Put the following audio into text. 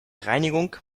reinigung